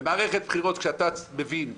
במערכת בחירות כשאתה מבין,